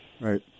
Right